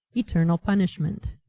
eternal punishment.